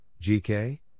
GK